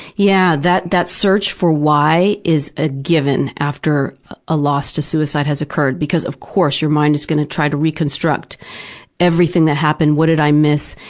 yeah, that that search for why? is a given after a loss to suicide has occurred, because of course your mind is going to try to reconstruct everything that happened, what did i miss?